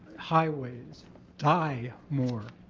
highways die more.